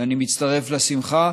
ואני מצטרף לשמחה,